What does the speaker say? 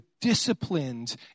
disciplined